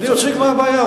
אני מציג בעיה,